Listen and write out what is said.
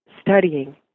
studying